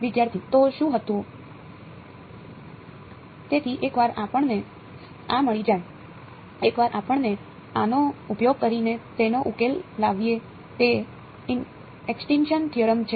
વિદ્યાર્થી તો શું હતો તેથી એકવાર આપણને આ મળી જાય એકવાર આપણે આનો ઉપયોગ કરીને તેનો ઉકેલ લાવીએ તે એસ્ક્ટીનશન થિયરમ છે